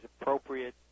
appropriate